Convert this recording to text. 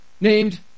named